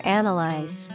analyze